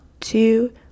two